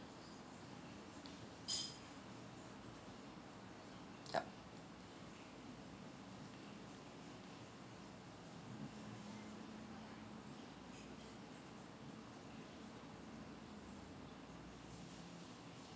yup